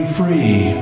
free